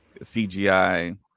CGI